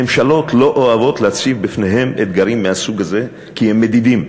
ממשלות לא אוהבות להציב בפניהן אתגרים מהסוג הזה כי הם מדידים.